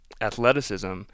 athleticism